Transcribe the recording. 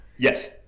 Yes